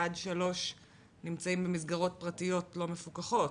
עד שלוש נמצאים במסגרות פרטיות לא מפוקחות,